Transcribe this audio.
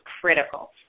critical